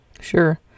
Sure